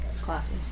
classy